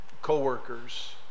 co-workers